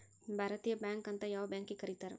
ಭಾರತೇಯ ಬ್ಯಾಂಕ್ ಅಂತ್ ಯಾವ್ ಬ್ಯಾಂಕಿಗ್ ಕರೇತಾರ್?